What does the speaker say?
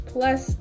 Plus